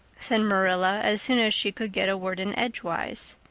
said marilla as soon as she could get a word in edgewise.